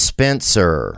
Spencer